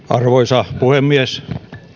arvoisa puhemies